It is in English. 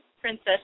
Princess